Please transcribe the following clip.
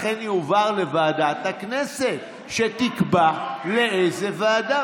לכן זה יועבר לוועדת הכנסת שתקבע לאיזו ועדה.